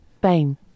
Bane